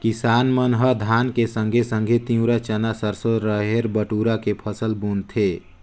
किसाप मन ह धान के संघे संघे तिंवरा, चना, सरसो, रहेर, बटुरा के फसल बुनथें